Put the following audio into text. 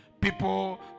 People